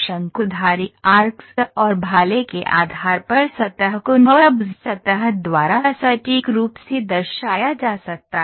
शंकुधारी आर्क्स और भाले के आधार पर सतह को NURBS सतह द्वारा सटीक रूप से दर्शाया जा सकता है